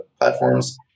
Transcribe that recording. platforms